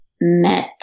met